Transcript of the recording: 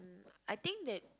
I think that